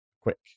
Quick